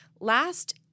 last